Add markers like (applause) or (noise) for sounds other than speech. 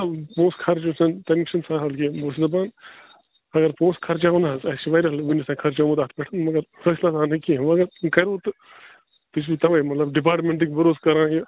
نَہ پوںٛسہٕ خرچ گَژھن تَمیُک چھُنہٕ فلحال کیٚنٛہہ بہٕ اوسُس دَپان اگر پونٛسہٕ خرچاو نَہ حظ اَسہِ چھِ وارِیاہ وٕنِس تانۍ خرچوُت اتھ پٮ۪تھ مگر حٲصِلا آو نہٕ کیٚنٛہہ (unintelligible) تۄہہِ چھو تَوے مطلب ڈِپارٹمٮ۪نٹٕکۍ بروسہٕ کران یہِ